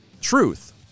truth